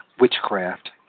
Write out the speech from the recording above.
witchcraft